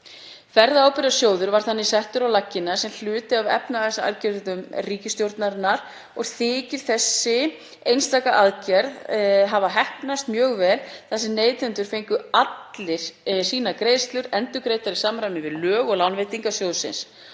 Ferðaábyrgðasjóður var þannig settur á laggirnar sem hluti af efnahagsaðgerðum ríkisstjórnarinnar. Þykir þessi einstaka aðgerð hafa heppnast mjög vel þar sem neytendur fengu allir sínar greiðslur endurgreiddar í samræmi við lög og lánveitingar sjóðsins